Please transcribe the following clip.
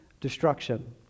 destruction